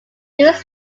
louis